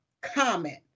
comment